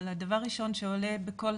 אבל הדבר הראשון שעולה בכל